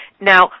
Now